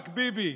רק ביבי,